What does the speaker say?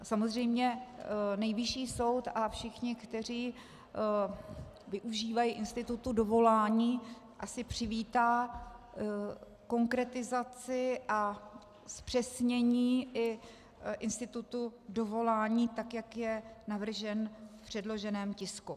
Samozřejmě Nejvyšší soud a všichni, kteří využívají institutu dovolání, asi přivítají konkretizaci a zpřesnění i institutu dovolání, tak jak je navržen v předloženém tisku.